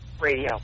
radio